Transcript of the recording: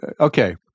okay